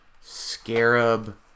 Scarab